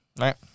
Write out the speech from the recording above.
Right